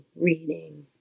reading